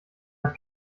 hat